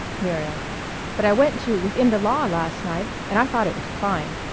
muriel but i went to within the law last night and i thought it was fine.